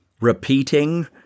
repeating